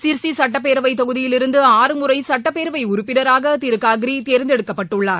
சிர்சிசுட்டப்பேரவைத் தொகுதியிலிருந்து ஆறு முறைசட்டப்பேரவைஉறுப்பினராகதிருகாக்ரிதேர்ந்தெடுக்கப்பட்டுள்ளார்